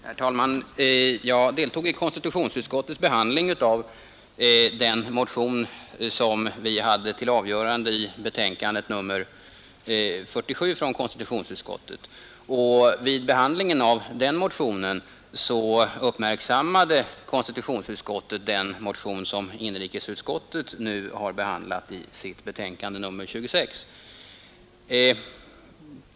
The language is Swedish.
Herr talman! Jag deltog i konstitutionsutskottets arbete beträffande den motion som behandlas i konstitutionsutskottets betänkande nr 47. Därvid uppmärksammade konstitutionsutskottet också den motion som inrikesutskottet har behandlat i sitt betänkande nr 26.